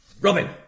Robin